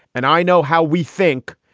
and i know how we think.